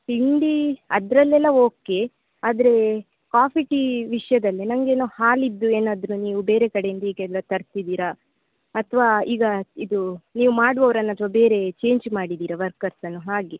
ತಿಂಡಿ ಅದರಲ್ಲೆಲ್ಲ ಓಕೆ ಆದರೆ ಕಾಫಿ ಟೀ ವಿಷಯದಲ್ಲಿ ನನಗೇನೋ ಹಾಲಿದ್ದು ಏನಾದರೂ ನೀವು ಬೇರೆ ಕಡೆಯಿಂದ ಈಗೆಲ್ಲ ತರ್ತಿದ್ದೀರಾ ಅಥವಾ ಈಗ ಇದು ನೀವು ಮಾಡುವವ್ರನ್ನ ಅಥವಾ ಬೇರೆ ಚೇಂಜ್ ಮಾಡಿದ್ದೀರಾ ವರ್ಕರ್ಸನ್ನು ಹಾಗೆ